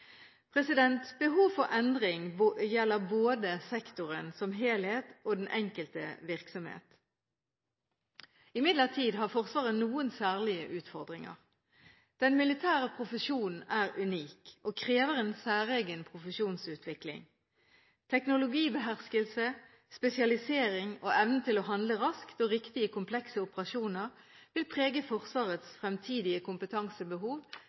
Behov for endring gjelder både sektoren som helhet og den enkelte virksomhet. Imidlertid har Forsvaret noen særlig utfordringer. Den militære profesjonen er unik og krever en særegen profesjonsutvikling. Teknologibeherskelse, spesialisering og evnen til å handle raskt og riktig i komplekse operasjoner vil prege Forsvarets fremtidige kompetansebehov,